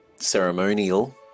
ceremonial